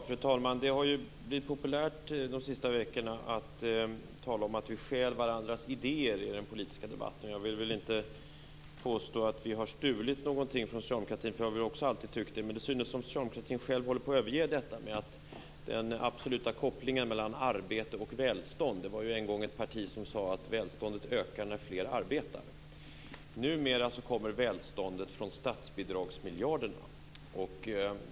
Fru talman! Det har ju de senaste veckorna blivit populärt att tala om att vi stjäl varandras idéer i den politiska debatten. Jag vill inte påstå att vi har stulit någonting från socialdemokratin. Men det synes som om socialdemokratin själv håller på att överge detta med den absoluta kopplingen mellan arbete och välstånd. Det var ju en gång ett parti som sade att välståndet ökar när fler arbetar. Numera kommer välståndet från statsbidragsmiljarderna.